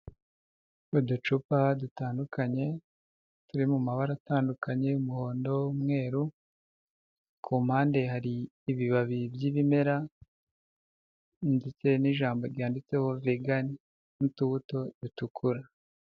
Uducupa dutandukanye turi mu mabara atandukanye y'umuhondo, umweru, ku mpande hari ibibabi by'ibimera ndetse n'ijambo ryanditseho vigani n'utubuto dutukura.